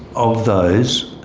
of those,